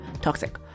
Toxic